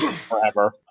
forever